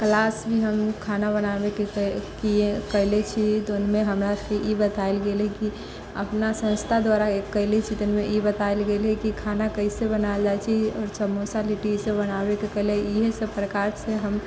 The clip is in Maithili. क्लासमे हम खाना बनाबैके किए कयले छी जौनमे हमरा सभके ई बताएल गेल है कि अपना संस्था दुआरा कयले छी तऽ ओहिमे ई बताएल गेल है कि खाना कैसे बनाएल जाइ छै आओर समोसा लिट्टी इसभ बनाबएके कला इहै सभ प्रकार से हम